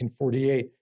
1948